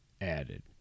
added